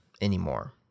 anymore